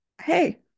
hey